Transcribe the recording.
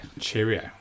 Cheerio